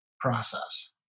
process